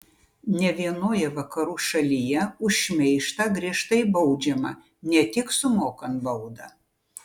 ne vienoje vakarų šalyje už šmeižtą griežtai baudžiama ne tik sumokant baudą